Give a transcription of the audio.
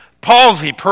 Palsy